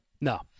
No